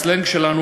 בסלנג שלנו,